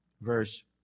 verse